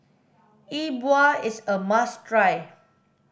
E Bua is a must try